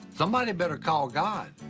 somebody better call god,